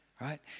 right